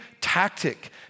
tactic